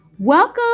Welcome